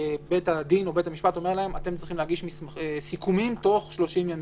בית הדין או בית-המשפט אומר לכם שהם צריכים להגיש סיכומים תוך 30 ימים,